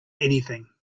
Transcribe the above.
anything